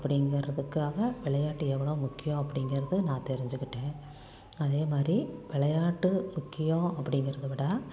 அப்படிங்கிறதுக்காக விளையாட்டு எவ்வளோ முக்கியம் அப்படிங்கிறது நான் தெரிஞ்சுக்கிட்டேன் அதே மாதிரி விளையாட்டு முக்கியம் அப்படிங்கிறத விட